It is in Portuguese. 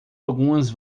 algumas